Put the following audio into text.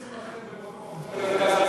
יש כל יום חיסול אחר במקום אחר במרכז הארץ.